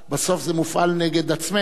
בסוף זה מופעל נגד עצמנו,